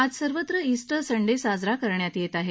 आज सर्वत्र Easter Sunday साजरा करण्यात येत आहे